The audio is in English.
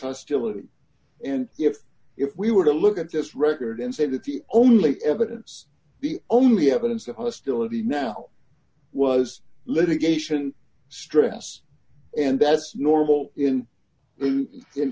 hostility and if if we were to look at this record and say that the only evidence the only evidence of hostility now was litigation stress and that's normal in